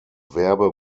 werbe